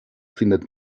findet